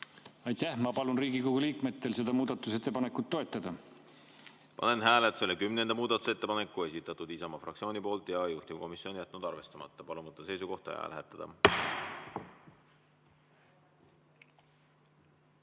Aitäh! Ma palun Riigikogu liikmetel seda muudatusettepanekut toetada. Panen hääletusele kümnenda muudatusettepaneku, esitatud Isamaa fraktsiooni poolt. Juhtivkomisjon on jätnud arvestamata. Palun võtta seisukoht ja hääletada!